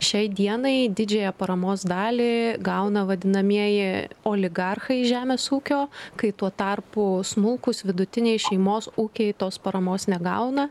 šiai dienai didžiąją paramos dalį gauna vadinamieji oligarchai žemės ūkio kai tuo tarpu smulkūs vidutiniai šeimos ūkiai tos paramos negauna